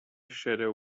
shadow